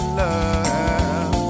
love